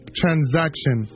transaction